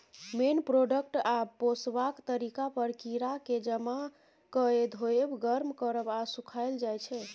मेन product आ पोसबाक तरीका पर कीराकेँ जमा कए धोएब, गर्म करब आ सुखाएल जाइ छै